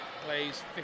Plays